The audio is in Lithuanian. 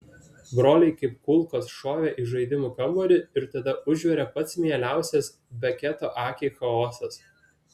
broliai kaip kulkos šovė iš žaidimų kambario ir tada užvirė pats mieliausias beketo akiai chaosas